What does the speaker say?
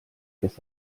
kes